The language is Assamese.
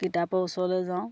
কিতাপৰ ওচৰলৈ যাওঁ